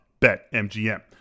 BetMGM